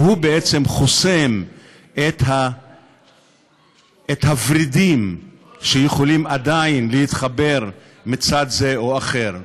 והוא בעצם חוסם את הוורידים שיכולים עדיין להתחבר מצד זה או אחר.